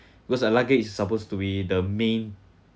because a luggage is supposed to be the main